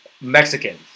Mexicans